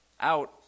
out